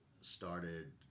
started